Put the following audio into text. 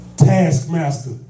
taskmaster